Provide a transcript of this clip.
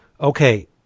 Okay